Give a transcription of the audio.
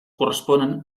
corresponen